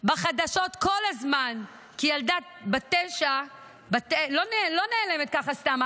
כל הזמן בחדשות, כי ילדה בת תשע לא נעלמת ככה סתם.